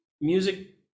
music